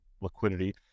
liquidity